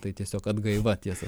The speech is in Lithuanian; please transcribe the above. tai tiesiog atgaiva tiesa